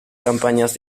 campañas